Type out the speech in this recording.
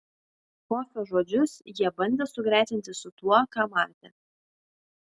kofio žodžius jie bandė sugretinti su tuo ką matė